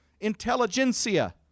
intelligentsia